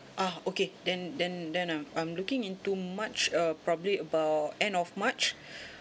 ah okay then then then uh I'm looking into march err probably about end of march